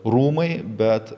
rūmai bet